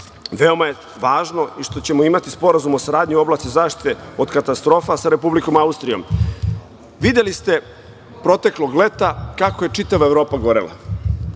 veoma je važno i što ćemo imati Sporazum o saradnji u oblasti zaštite od katastrofa sa Republikom Austrijom. Videli ste proteklog leta kako je čitava Evropa gorela.